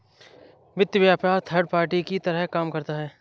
वित्त व्यापार third party की तरह काम करता है